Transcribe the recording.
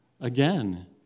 Again